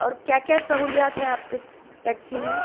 اور کیا کیا سہولیات ہیں آپ کی ٹیکسی میں